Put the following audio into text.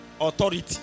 authority